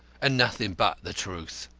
and nothing but the truth'?